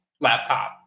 laptop